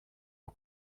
aux